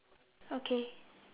okay